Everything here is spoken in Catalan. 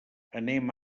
anem